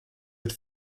mit